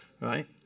Right